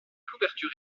couvertures